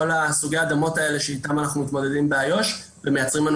כמו כל סוגי האדמות אתם אנחנו מתמודדים באיו"ש ומייצרים לנו